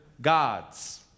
gods